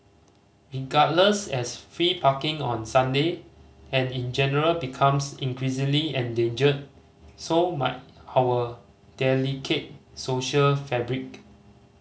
regardless as free parking on Sunday and in general becomes increasingly endangered so might our delicate social fabric